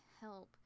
help